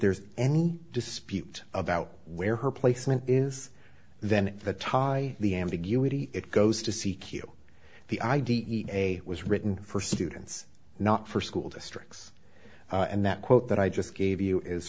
there's any dispute about where her placement is then the tie the ambiguity it goes to c q the idea was written for students not for school districts and that quote that i just gave you is